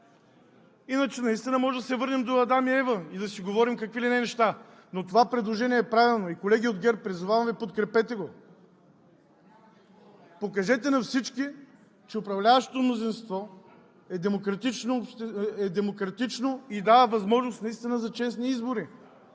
иначе наистина можем да се върнем до Адам и Ева и да си говорим какви ли не неща, но това предложение е правилно. Колеги от ГЕРБ, призовавам Ви, подкрепете го! Покажете на всички, че управляващото мнозинство е демократично и дава възможност за честни избори.